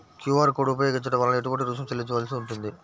QR code ఉపయోగించటం వలన ఏటువంటి రుసుం చెల్లించవలసి ఉంటుంది?